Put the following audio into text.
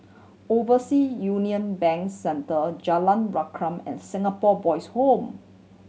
Oversea Union Bank Center Jalan Rukam and Singapore Boys' Home